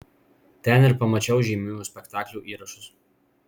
ten ir pamačiau žymiųjų spektaklių įrašus